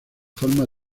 forma